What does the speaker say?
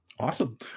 awesome